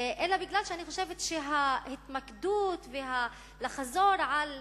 אלא בגלל שאני חושבת שההתמקדות והחזרה על